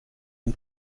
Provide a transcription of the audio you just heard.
dem